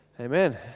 Amen